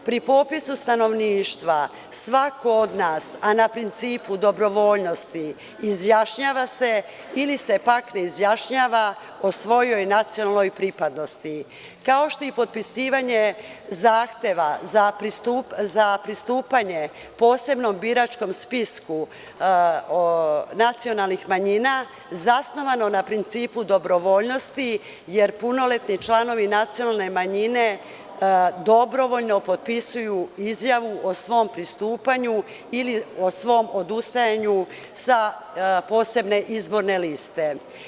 Pri popisu stanovništva svako od nas, a na principu dobrovoljnosti, izjašnjava se ili se pak ne izjašnjava o svojoj nacionalnoj pripadnosti, kao što je i potpisivanje zahteva za pristupanje posebnom biračkom spisku nacionalnih manjina zasnovano na principu dobrovoljnosti, jer punoletni članovi nacionalne manjine dobrovoljno potpisuju izjavu o svom pristupanju ili o svom odustajanju sa posebne izborne liste.